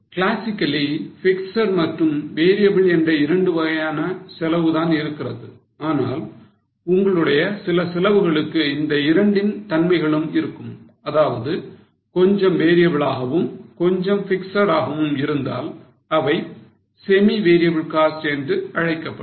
Classically fixed மற்றும் variable என்ற இரண்டு வகையான செலவு தான் இருக்கிறது ஆனால் உங்களுடைய சில செலவுகளுக்கு இந்த இரண்டின் தன்மைகளும் இருக்கும் அதாவது கொஞ்சம் variable ஆகவும் கொஞ்சம் fixed ஆகவும் இருந்தால் அவை semi variable cost என்று அழைக்கப்படும்